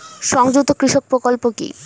সংযুক্ত কৃষক প্রকল্প কি?